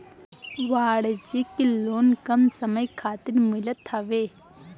वाणिज्यिक लोन कम समय खातिर मिलत हवे